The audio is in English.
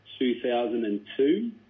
2002